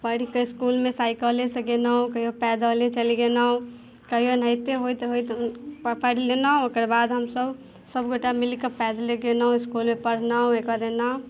पढ़ि कऽ इसकुलमे साइकलेसँ गेलहुँ कहियो पैदले चलि गेलहुँ कहियो एनाहिते होइत होइत पढ़ि लेलहुँ ओकर बाद हमसभ सभ गोटए मिलि कऽ पैदले गेलहुँ इसकुलमे पढ़लहुँ एकर बाद एलहुँ